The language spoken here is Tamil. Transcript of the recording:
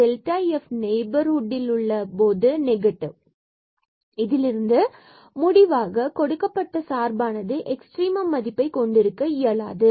f நெகட்டிவ் நெய்பர்ஹுட்டிலுள்ள சில புள்ளிகளில் மற்றும் இதிலிருந்து முடிவாக கொடுக்கப்பட்ட சார்பானது எக்ஸ்ட்ரிமம் மதிப்பை கொண்டிருக்க இயலாது